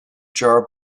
jar